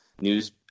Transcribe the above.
news